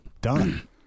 Done